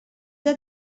del